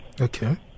Okay